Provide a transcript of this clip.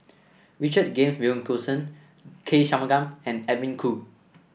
Richard James Wilkinson K Shanmugam and Edwin Koo